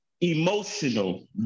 Emotional